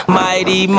mighty